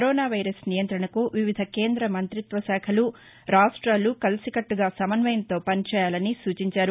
corona virus నియంతణకు వివిధ కేంద మంతిత్వ శాఖలు రాష్ట్రాలు కలిసికట్లగా సమన్వయంతో పని చేయాలని సూచించారు